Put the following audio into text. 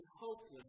hopeless